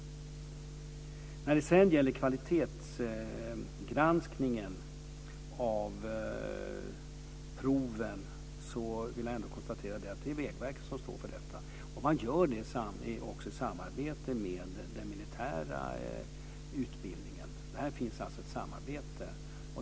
När det sedan gäller kvalitetsgranskningen av proven är det Vägverket som står för denna, också i samarbete med den militära utbildningen. Där finns alltså ett samarbete.